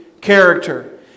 character